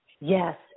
Yes